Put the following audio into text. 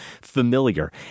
familiar